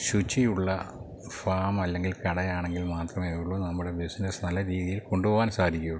ശുചിയുള്ള ഫാമല്ലെങ്കിൽ കട ആണെങ്കിൽ മാത്രമേയുള്ളു നമ്മുടെ ബിസിനസ്സ് നല്ല രീതിയിൽ കൊണ്ടുപോകാൻ സാധിക്കുകയുള്ളു